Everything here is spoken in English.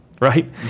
right